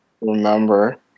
remember